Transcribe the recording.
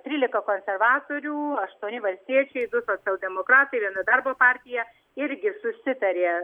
trylika konservatorių aštuoni valstiečiai socialdemokratai viena darbo partija irgi susitarė